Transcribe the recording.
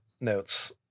notes